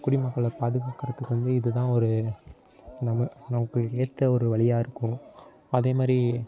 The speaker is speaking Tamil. குடிமக்களை பாதுகாக்கறதுக்கு வந்து இதுதான் ஒரு நம்ம நமக்கு ஏற்ற ஒரு வழியா இருக்கும் அதேமாதிரி